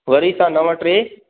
वरी सां नव टे